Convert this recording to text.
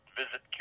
visit